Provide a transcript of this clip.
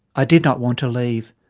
i did not want to leave.